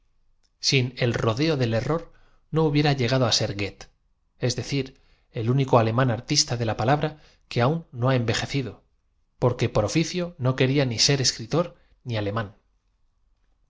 sin d rodeo del e rro r no hubiera lle gado á ser goethe es decir el único alemán artista de la palabra que aún no ha envejecido porque por oficio no quería ser ni escritor ni alemn